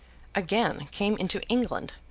again came into england,